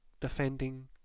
defending